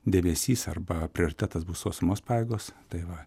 dėmesys arba prioritetas bus sausumos pajėgos tai va